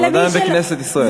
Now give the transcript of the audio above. אנחנו עדיין בכנסת ישראל.